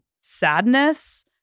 sadness